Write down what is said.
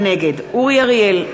נגד אורי אריאל,